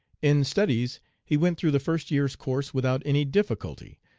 in studies he went through the first year's course without any difficulty,